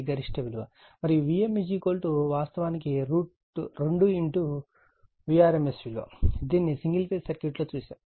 మరియు vm వాస్తవానికి √2 vrms విలువ దీనిని సింగిల్ ఫేజ్ సర్క్యూట్ లో చూశాము